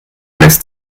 lässt